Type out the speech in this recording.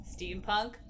Steampunk